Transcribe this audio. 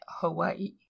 hawaii